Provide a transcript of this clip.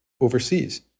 overseas